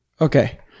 okay